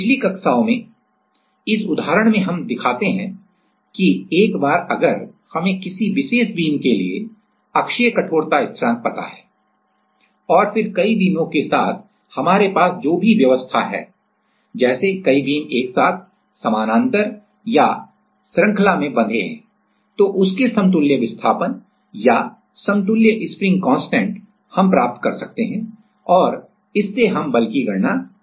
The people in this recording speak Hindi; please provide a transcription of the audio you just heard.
पिछली कक्षाओं में इस उदाहरण में हम दिखाते हैं कि एक बार अगर हमें किसी विशेष बीम के लिए अक्षीय कठोरता स्थिरांक पता है और फिर कई बीमों के साथ हमारे पास जो भी व्यवस्था है जैसे कई बीम एक साथ समानांतर या श्रंखला में बंधे हैं तो उसके समतुल्य विस्थापन या समतुल्य स्प्रिंग कांस्टेंट प्राप्त कर सकते हैं और इससे हम बल की गणना कर सकते हैं